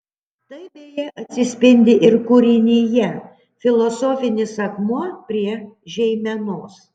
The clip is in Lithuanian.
tai beje atsispindi ir kūrinyje filosofinis akmuo prie žeimenos